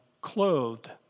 clothed